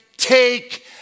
Take